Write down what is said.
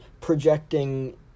projecting